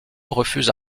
refuse